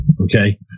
Okay